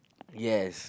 yes